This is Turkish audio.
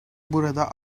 burada